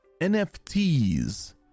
NFTs